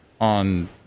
on